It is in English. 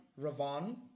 Ravan